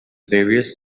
various